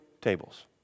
tables